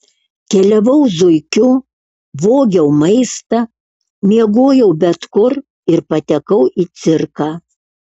keliavau zuikiu vogiau maistą miegojau bet kur ir patekau į cirką